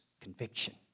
conviction